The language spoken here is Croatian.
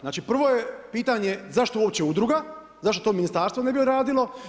Znači prvo je pitanje zašto uopće udruga, zašto to ministarstvo ne bi odradilo.